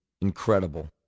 Incredible